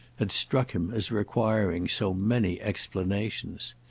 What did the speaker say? had struck him as requiring so many explanations.